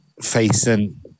facing